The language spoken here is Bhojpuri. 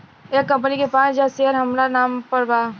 एह कंपनी के पांच हजार शेयर हामरा नाम पर बा